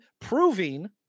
proving